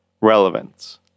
relevance